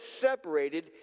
separated